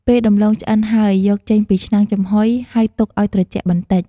ពេលដំឡូងឆ្អិនហើយ យកចេញពីឆ្នាំងចំហុយ ហើយទុកឱ្យត្រជាក់បន្តិច។